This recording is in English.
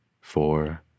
four